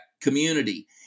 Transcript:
community